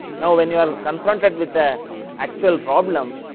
now, when you are confronted with the actual problem,